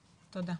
תודה.